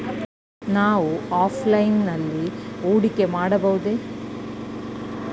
ನಾವು ಆಫ್ಲೈನ್ ನಲ್ಲಿ ಹೂಡಿಕೆ ಮಾಡಬಹುದೇ?